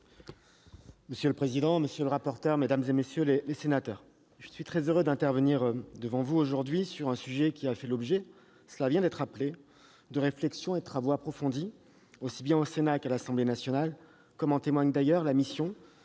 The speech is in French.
Monsieur le président, monsieur le rapporteur, mesdames, messieurs les sénateurs, je suis très heureux d'intervenir devant vous aujourd'hui sur un sujet qui fait l'objet, cela vient d'être rappelé, de réflexions et de travaux approfondis, aussi bien au Sénat qu'à l'Assemblée nationale. En témoigne la mission